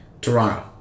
Toronto